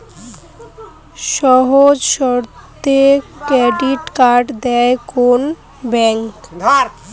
সহজ শর্তে credit card দেয় কোন ব্যাংক?